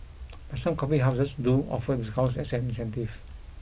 but some coffee houses do offer discounts as an incentive